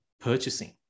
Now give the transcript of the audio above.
purchasing